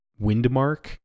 Windmark